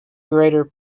greater